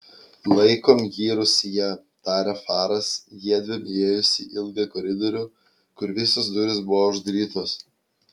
laikom jį rūsyje tarė faras jiedviem įėjus į ilgą koridorių kur visos durys buvo uždarytos